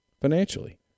financially